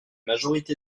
majorité